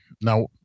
now